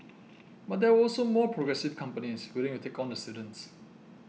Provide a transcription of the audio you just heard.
but there were also more progressive companies willing to take on the students